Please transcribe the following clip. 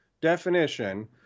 definition